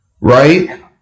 Right